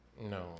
No